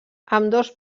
ambdós